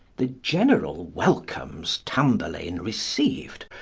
the general welcomes tamburlaine receiv'd,